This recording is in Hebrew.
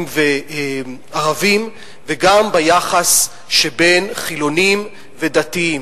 לערבים וגם ביחס שבין חילונים לדתיים,